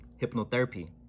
hypnotherapy